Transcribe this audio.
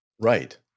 Right